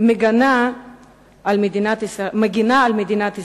המגינה על מדינת ישראל.